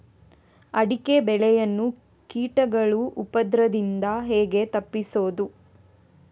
ಅಡಿಕೆ ಬೆಳೆಯನ್ನು ಕೀಟಗಳ ಉಪದ್ರದಿಂದ ಹೇಗೆ ತಪ್ಪಿಸೋದು?